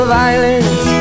violence